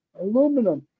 aluminum